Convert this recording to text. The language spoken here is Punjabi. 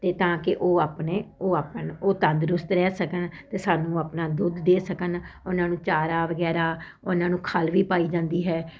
ਅਤੇ ਤਾਂ ਕਿ ਉਹ ਆਪਣੇ ਉਹ ਆਪਣਾ ਉਹ ਤੰਦਰੁਸਤ ਰਹਿ ਸਕਣ ਅਤੇ ਸਾਨੂੰ ਆਪਣਾ ਦੁੱਧ ਦੇ ਸਕਣ ਉਹਨਾਂ ਨੂੰ ਚਾਰਾ ਵਗੈਰਾ ਉਹਨਾਂ ਨੂੰ ਖਲ੍ਹ ਵੀ ਪਾਈ ਜਾਂਦੀ ਹੈ